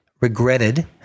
regretted